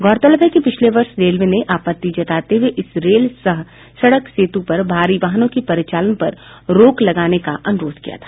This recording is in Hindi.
गौरतलब है कि पिछले वर्ष रेलवे ने आपत्ति जताते हुए इस रेल सह सड़क सेतु पर भारी वाहनों के परिचालन पर रोक लगाने का अनुरोध किया था